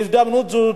בהזדמנות זאת,